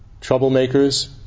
troublemakers